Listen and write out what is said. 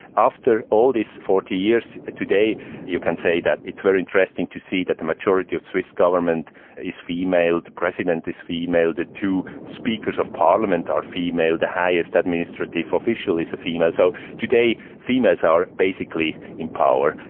after all these forty years, today you can say that it's very interesting to see that the majority of swiss government is female, the president is female, the two speakers of parliament are female, the highest administrative official official is a female, so today females are basically in power,